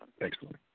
Excellent